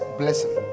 blessing